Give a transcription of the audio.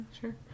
sure